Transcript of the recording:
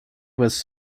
was